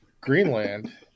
greenland